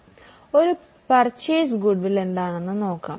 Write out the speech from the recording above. അതിനാൽ ഇവിടെ ഞങ്ങൾ ഒരു പർച്ചേസ് ഗുഡ്വിൽ നോക്കുകയാണ്